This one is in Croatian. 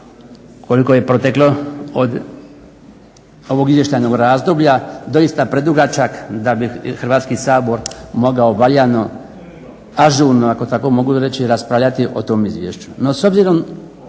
koliko je proteklo od ovog izvještajnog razdoblja doista predugačak da bi Hrvatski sabor mogao valjano, ažurno ako tako mogu reći, raspravljati o tom Izvješću.